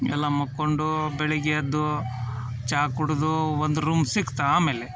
ಎಲ್ಲ ಮಲ್ಕೊಂಡು ಬೆಳಗ್ಗೆ ಎದ್ದು ಚಾ ಕುಡಿದು ಒಂದು ರೂಮ್ ಸಿಕ್ತು ಆಮೇಲೆ